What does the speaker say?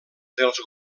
dels